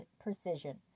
precision